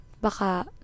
baka